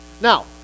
Now